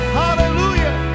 hallelujah